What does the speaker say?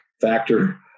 factor